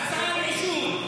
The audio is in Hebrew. הצעה על עישון.